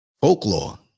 folklore